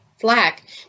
flack